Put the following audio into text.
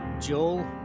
Joel